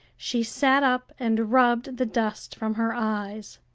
she sat up and rubbed the dust from her eyes.